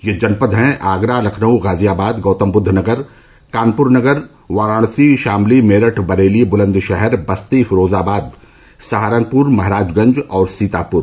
ये जनपद है आगरा लखनऊ गाजियाबाद गौतमबुद्ध नगर कानपुर नगर वाराणसी शामली मेरठ बरेली बुलन्दशहर बस्ती फिरोजाबाद सहारनपुर महराजगंज और सीतापुर